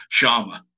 Sharma